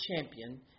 champion